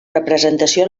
representació